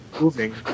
moving